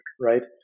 right